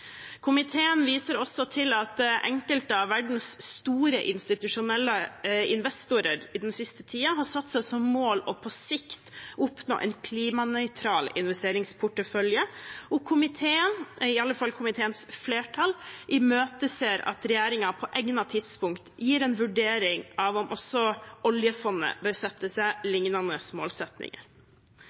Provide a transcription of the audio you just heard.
Komiteen viser også til at enkelte av verdens store institusjonelle investorer i den siste tiden har satt seg som mål på sikt å oppnå en klimanøytral investeringsportefølje, og komiteen – eller iallfall komiteens flertall – imøteser at regjeringen på egnet tidspunkt gir en vurdering av om også oljefondet bør sette seg lignende